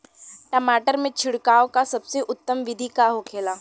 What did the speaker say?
टमाटर में छिड़काव का सबसे उत्तम बिदी का होखेला?